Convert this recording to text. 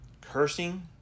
cursing